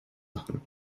machen